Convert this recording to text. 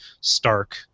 stark